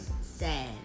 Sad